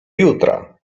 jutra